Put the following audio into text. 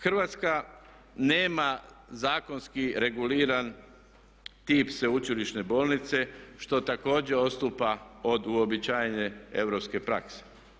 Hrvatska nema zakonski reguliran tip sveučilišne bolnice što također odstupa od uobičajene europske prakse.